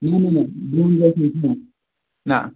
نہ نہ نہ برٛونٛٹھ نہٕ نہ